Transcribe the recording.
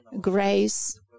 grace